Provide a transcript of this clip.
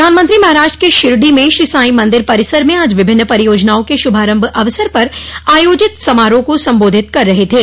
प्रधानमंत्री महाराष्ट्र के शिरडी में श्री साई मंदिर परिसर में आज विभिन्न परियोजनाओं के शुभारंभ अवसर पर आयोजित समारोह को संबोधित कर रहे थे